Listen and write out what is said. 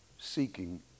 seeking